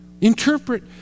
interpret